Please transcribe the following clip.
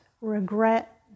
regret